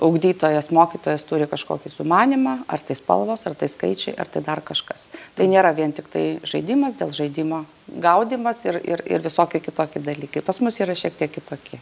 ugdytojas mokytojas turi kažkokį sumanymą ar tai spalvos ar tai skaičiai ar tai dar kažkas tai nėra vien tiktai žaidimas dėl žaidimo gaudymas ir ir ir visokie kitoki dalykai pas mus yra šiek tiek kitokie